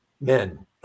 men